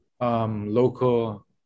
local